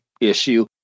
issue